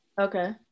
Okay